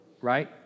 right